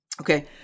Okay